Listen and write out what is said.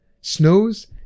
snows